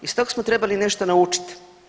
Iz tog smo trebali nešto naučiti.